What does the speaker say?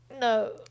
No